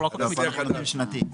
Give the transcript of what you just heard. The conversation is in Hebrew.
אנחנו לא כל כך --- עם שנתית.